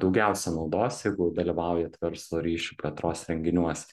daugiausia naudos jeigu dalyvaujat verslo ryšių plėtros renginiuose